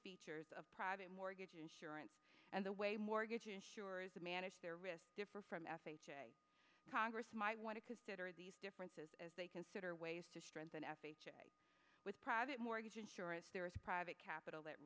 features of private mortgage insurance and the way mortgage insurance to manage their risk differ from f h a congress might want to consider these differences as they consider ways to strengthen f h a with private mortgage insurance there with private capital